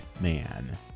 man